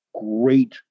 great